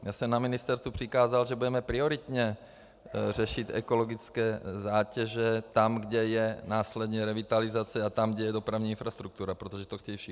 Já jsem na ministerstvu přikázal, že budeme prioritně řešit ekologické zátěže tam, kde je následně revitalizace, a tam, kde je dopravní infrastruktura, protože to chtějí všichni.